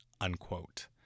unquote